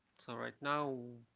so right now,